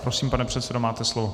Prosím pane předsedo, máte slovo.